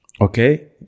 okay